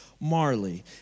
Marley